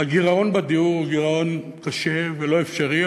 שהגירעון בדיור הוא גירעון קשה ולא אפשרי,